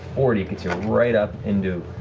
forty, gets you right up into,